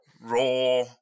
Raw